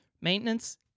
maintenance